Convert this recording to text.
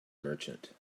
merchant